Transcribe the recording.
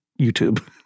YouTube